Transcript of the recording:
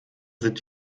sind